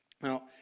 Now